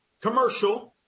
Commercial